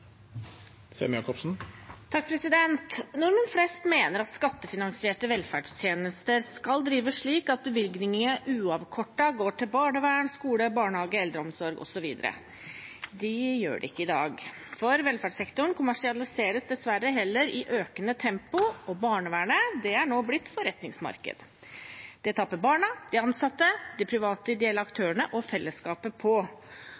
Nordmenn flest mener at skattefinansierte velferdstjenester skal drive slik at bevilgningene uavkortet går til barnevern, skole, barnehage, eldreomsorg osv. Det gjør de ikke i dag. Velferdssektoren kommersialiseres dessverre heller i økende tempo, og barnevernet er nå blitt forretningsmarked. Det taper barna, de ansatte, de private ideelle aktørene og fellesskapet på.